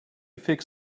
fix